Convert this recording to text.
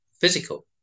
physical